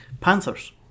Panthers